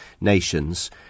nations